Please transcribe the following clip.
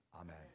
Amen